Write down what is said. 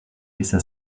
laissa